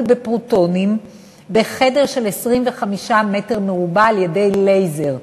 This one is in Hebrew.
בפרוטונים בחדר של 25 מ"ר על-ידי לייזר,